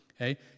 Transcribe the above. okay